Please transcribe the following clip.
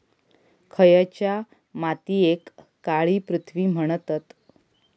खयच्या मातीयेक काळी पृथ्वी म्हणतत?